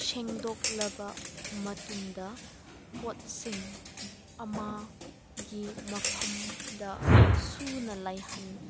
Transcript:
ꯁꯦꯡꯗꯣꯛꯂꯕ ꯃꯇꯨꯡꯗ ꯄꯣꯠꯁꯤꯡ ꯑꯃꯒꯤ ꯃꯐꯝꯗ ꯁꯨꯅ ꯂꯩꯍꯟ